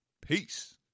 Peace